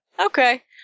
Okay